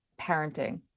parenting